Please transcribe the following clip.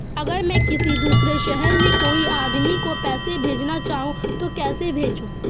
अगर मैं किसी दूसरे शहर में कोई आदमी को पैसे भेजना चाहूँ तो कैसे भेजूँ?